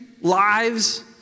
lives